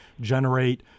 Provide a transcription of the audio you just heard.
generate